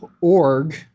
Org